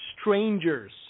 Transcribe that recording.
strangers